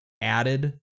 added